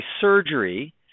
surgery